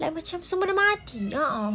like semua sudah mati uh uh